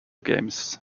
games